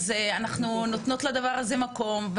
אז אנחנו נותנות לדבר הזה מקום,